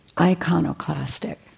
iconoclastic